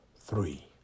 three